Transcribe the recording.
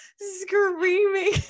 screaming